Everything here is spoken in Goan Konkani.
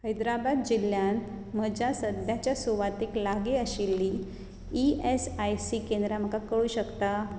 हैदराबाद जिल्ल्यांत म्हज्या सद्याच्या सुवातेक लागीं आशिल्लीं ईएसआयसी केंद्रां म्हाका कळूंक शकतात